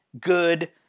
good